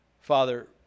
Father